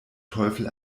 teufel